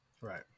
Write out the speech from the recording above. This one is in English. Right